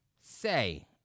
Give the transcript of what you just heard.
say